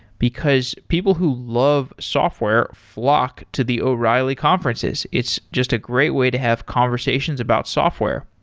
because people who love software flock to the o'reilly conferences. it's just a great way to have conversations about software.